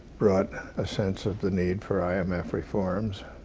brought a sense of the need for i m f. reforms.